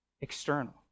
external